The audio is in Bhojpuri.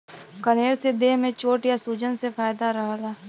कनेर से देह में चोट या सूजन से फायदा रहला